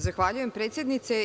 Zahvaljujem, predsednice.